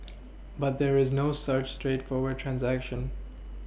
but there's no such straightforward transaction